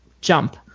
jump